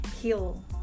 heal